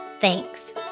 thanks